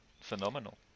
phenomenal